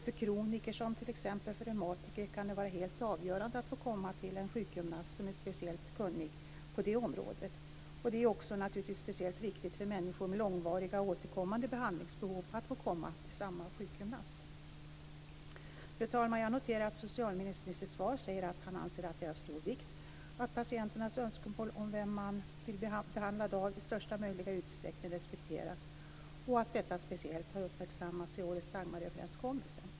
För kroniker som reumatiker kan det vara helt avgörande att få komma till en sjukgymnast som är speciellt kunnig på det området. Det är också speciellt viktigt för människor med långvariga och återkommande behandlingsbehov att få komma till samma sjukgymnast. Fru talman! Jag noterar att socialministern i sitt svar säger att han anser att det är av stor vikt att patienternas önskemål om vem man vill bli behandlad av i största möjliga utsträckning respekteras och att detta speciellt har uppmärksammats i årets Dagmaröverenskommelse.